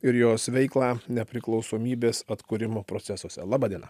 ir jos veiklą nepriklausomybės atkūrimo procesuose laba diena